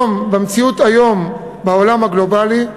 במציאות היום בעולם הגלובלי,